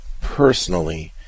personally